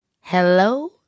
Hello